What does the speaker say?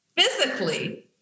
physically